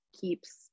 keeps